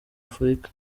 afurika